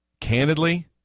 Candidly